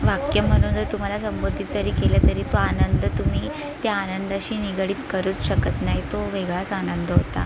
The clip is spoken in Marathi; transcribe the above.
वाक्यामधून जर तुम्हाला संबोधित जरी केलं तरी तो आनंद तुम्ही त्या आनंदाशी निगडित करूच शकत नाही तो वेगळाच आनंद होता